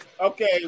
Okay